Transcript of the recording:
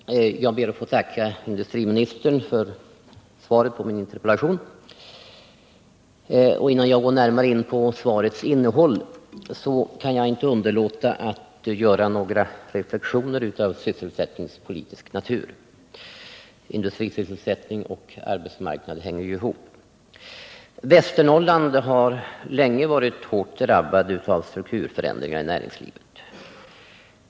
Herr talman! Jag ber att få tacka industriministern för svaret på min interpellation. Innan jag går närmare in på svarets innehåll kan jag inte underlåta att göra några reflexioner av sysselsättningspolitisk natur. Industrisysselsättning och arbetsmarknad hänger ju ihop. Västernorrland har länge varit hårt drabbat av strukturförändringar i näringslivet.